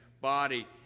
body